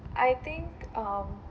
I think um